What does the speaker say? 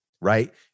right